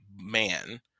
man